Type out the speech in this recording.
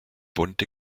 bunte